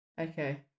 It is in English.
Okay